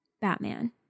Batman